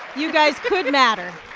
you guys could matter.